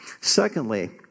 Secondly